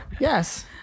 Yes